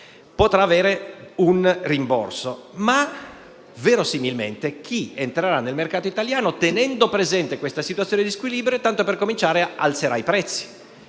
giustamente - un rimborso; ma verosimilmente, chi entrerà nel mercato italiano, tenendo presente questa situazione di squilibrio, tanto per cominciare alzerà i prezzi.